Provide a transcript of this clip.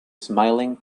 smiling